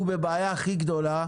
הוא בבעיה הכי גדולה,